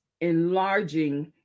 enlarging